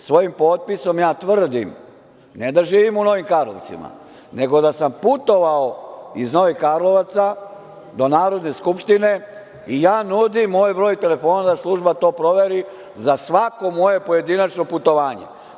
Svojim potpisom ja tvrdim, ne da živim u Novim Karlovcima, nego da sam putovao iz Novih Karlovaca do Narodne skupštine i ja nudim moj broj telefona da služba to proveri, za svako moje pojedinačno putovanje.